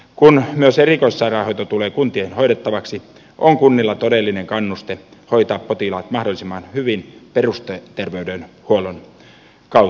kun myös erikoissairaanhoito tulee kuntien hoidettavaksi on kunnilla todellinen kannuste hoitaa potilaat mahdollisimman hyvin perusterveydenhuollon kautta